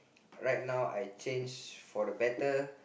right now I change for the better